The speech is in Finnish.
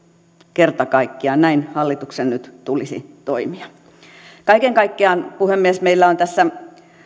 kerta kaikkiaan näin hallituksen nyt tulisi toimia kaiken kaikkiaan puhemies meillä on tässä